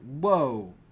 Whoa